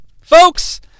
folks